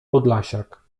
podlasiak